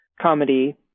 comedy